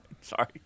Sorry